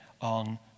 on